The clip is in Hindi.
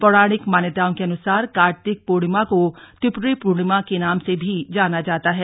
पौराणिक मान्यताओं के अनुसार कार्तिक पूर्णिमा को त्रिपुरी पूर्णिमा के नाम से भी जाना जाता है